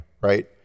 right